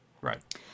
Right